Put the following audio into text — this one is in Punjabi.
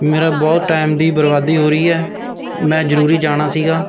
ਮੇਰਾ ਬਹੁਤ ਟਾਈਮ ਦੀ ਬਰਬਾਦੀ ਹੋ ਰਹੀ ਹੈ ਮੈਂ ਜ਼ਰੂਰੀ ਜਾਣਾ ਸੀਗਾ